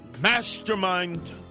mastermind